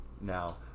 Now